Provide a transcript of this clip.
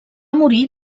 morir